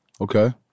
Okay